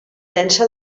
densa